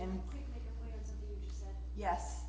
and yes